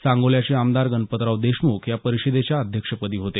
सांगोल्याचे आमदार गणपतराव देशमुख या परिषदेच्या अध्यक्षपदी होते